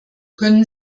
können